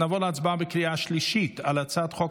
נעבור להצבעה בקריאה שלישית על הצעת חוק